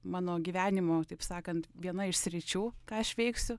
mano gyvenimo taip sakant viena iš sričių ką aš veiksiu